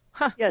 Yes